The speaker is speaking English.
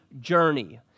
journey